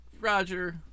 Roger